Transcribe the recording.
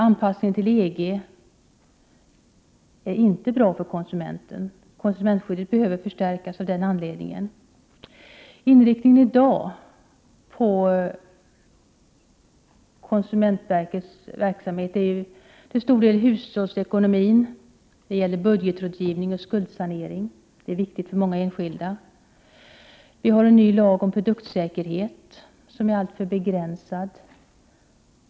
Anpassningen till EG är inte bra för konsumenten, och konsumentskyddet behöver förstärkas av denna anledning. Konsumentverket har i dag en verksamhet som till stor del är inriktad på hushållsekonomin med budgetrådgivning och skuldsanering, vilket är viktigt för många enskilda. Vi har en lag om produktsäkerhet som är alltför begränsad.